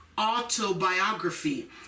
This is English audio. autobiography